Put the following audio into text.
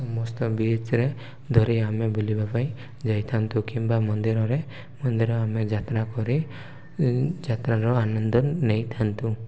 ସମସ୍ତ ବିଚ୍ ରେ ଧରି ଆମେ ବୁଲିବା ପାଇଁ ଯାଇଥାନ୍ତୁ କିମ୍ବା ମନ୍ଦିରରେ ମନ୍ଦିର ଆମେ ଯାତ୍ରା କରି ଯାତ୍ରାର ଆନନ୍ଦ ନେଇଥାନ୍ତୁ